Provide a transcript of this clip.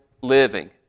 living